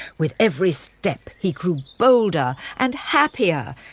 with every step he grew bolder and happier!